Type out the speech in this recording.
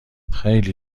خیلی